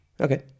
Okay